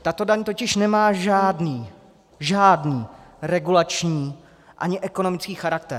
Tato daň totiž nemá žádný, žádný regulační ani ekonomický charakter.